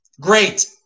great